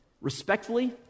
Respectfully